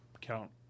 count